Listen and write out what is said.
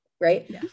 right